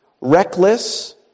reckless